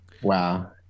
Wow